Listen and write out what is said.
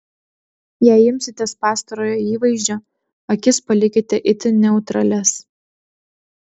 jei imsitės pastarojo įvaizdžio akis palikite itin neutralias